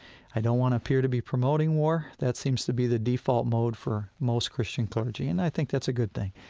i don't want to appear to be promoting war that seems to be the default mode for most christian clergy, and i think that's a good thing.